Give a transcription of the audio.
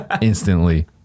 Instantly